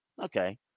Okay